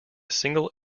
single